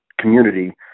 community